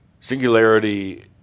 Singularity